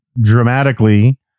dramatically